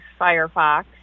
Firefox